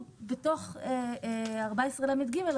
כולן או חלקן,